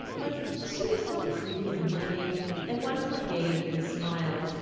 but she was so pretty and winning that one forgave and smiled,